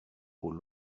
aux